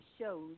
shows